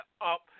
up